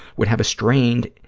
would have a strained,